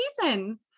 season